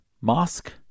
mosque